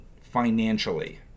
financially